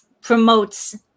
promotes